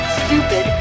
stupid